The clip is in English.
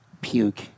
puke